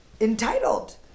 entitled